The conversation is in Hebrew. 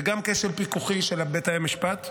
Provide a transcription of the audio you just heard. זה גם כשל פיקוחי של בית המשפט,